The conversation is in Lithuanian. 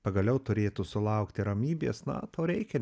pagaliau turėtų sulaukti ramybės na to reikia